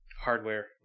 hardware